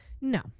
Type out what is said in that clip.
No